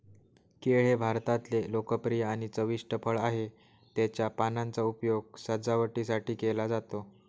केळ हे भारतातले लोकप्रिय आणि चविष्ट फळ आहे, त्याच्या पानांचा उपयोग सजावटीसाठी केला जातो